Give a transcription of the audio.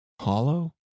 Hollow